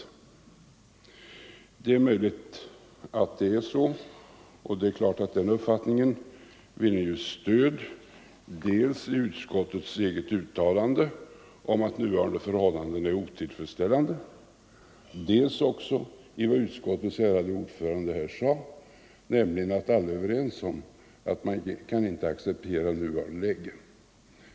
Det är möjligt att det är så, och den uppfattningen vinner stöd dels i utskottets eget uttalande om att nuvarande förhållanden är otillfredsställande, dels av vad utskottets ärade ordförande här sade, nämligen att alla är överens om att man inte kan acceptera det nuvarande läget.